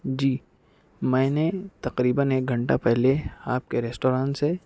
جی میں نے تقریباً ایک گھنٹہ پہلے آپ کے ریسٹورانٹ سے